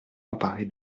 emparée